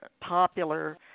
popular